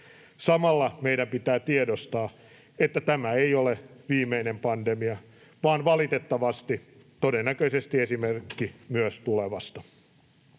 Samalla meidän pitää tiedostaa, että tämä ei ole viimeinen pandemia vaan valitettavasti todennäköisesti myös esimerkki tulevasta.